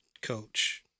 coach